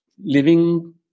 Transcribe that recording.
living